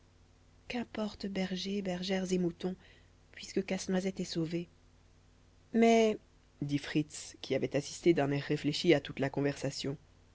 qu'importent bergers bergères et moutons puisque casse-noisette est sauvé mais dit fritz qui avait assisté d'un air réfléchi à toute la conversation